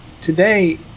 today